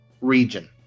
region